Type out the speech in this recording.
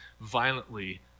violently